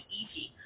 easy